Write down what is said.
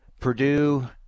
Purdue